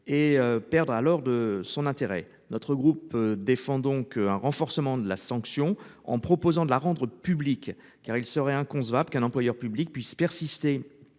et perdre alors de son intérêt. Notre groupe défend donc un renforcement de la sanction en proposant de la rendre publique car il serait inconcevable qu'un employeur public puisse persister